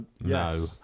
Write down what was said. No